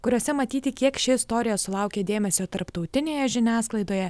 kuriose matyti kiek ši istorija sulaukė dėmesio tarptautinėje žiniasklaidoje